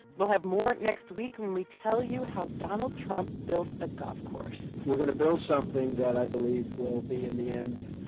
we'll have more next week when we tell you how donald trump built a golf course we're going to build something that i believe will be, in the end,